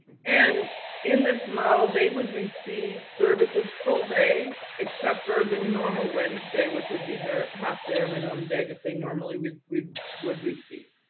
and in this model, they would receive services full day, except for the normal wednesday, which would be their half day or minimum day that they normally would would receive.